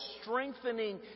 strengthening